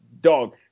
dog